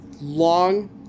long